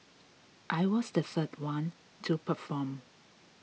I was the third one to perform